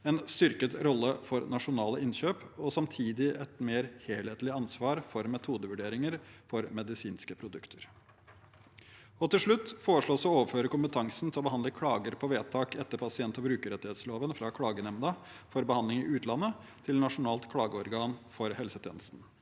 en styrket rolle for nasjonale innkjøp og samtidig et mer helhetlig ansvar for metodevurderinger for medisinske produkter. Til slutt foreslås det å overføre kompetansen til å behandle klager på vedtak etter pasient- og brukerrettighetsloven fra klagenemnda for behandling i utlandet til Nasjonalt klageorgan for helsetjenesten.